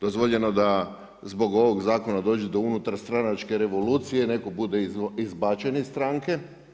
Dozvoljeno da zbog ovog zakona dođe do unutarstranačke revolucije, netko bude izbačen iz stranke.